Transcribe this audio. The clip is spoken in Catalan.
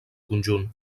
conjunt